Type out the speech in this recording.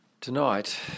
Tonight